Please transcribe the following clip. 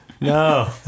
no